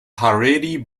haredi